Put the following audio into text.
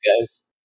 Guys